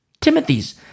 Timothy's